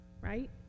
right